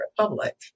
republic